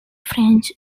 french